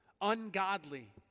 ungodly